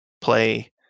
play